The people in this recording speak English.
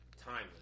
timeless